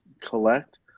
collect